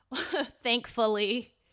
Thankfully